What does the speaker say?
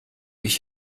ich